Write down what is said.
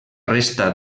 resta